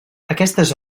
aquestes